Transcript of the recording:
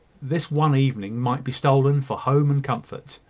this one evening might be stolen for home and comfort.